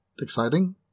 exciting